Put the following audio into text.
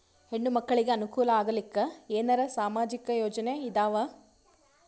ಹೆಣ್ಣು ಮಕ್ಕಳಿಗೆ ಅನುಕೂಲ ಆಗಲಿಕ್ಕ ಏನರ ಸಾಮಾಜಿಕ ಯೋಜನೆ ಇದಾವ?